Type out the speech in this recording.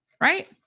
Right